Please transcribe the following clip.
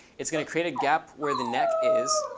it's going to create a gap where the neck is.